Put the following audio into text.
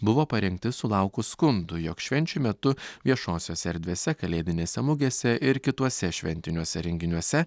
buvo parengti sulaukus skundų jog švenčių metu viešosiose erdvėse kalėdinėse mugėse ir kituose šventiniuose renginiuose